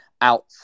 out